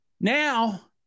Now